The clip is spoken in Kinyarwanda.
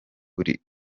buri